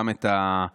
גם את הפקקים.